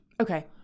Okay